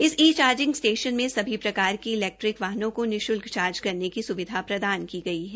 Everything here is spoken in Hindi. इस ई चार्जिंग स्टेशन में सभी प्रकार के इलैक्टिक वाहनों को निशुल्क चार्ज करने की सुविधा प्रदान की गई है